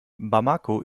bamako